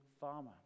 farmer